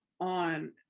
on